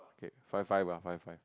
okay five five lah five five